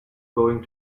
going